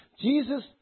Jesus